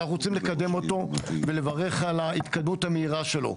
אנחנו רוצים לקדם אותו ולברך על ההתקדמות המהירה שלו.